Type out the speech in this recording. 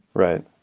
right.